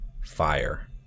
fire